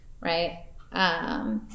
right